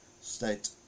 State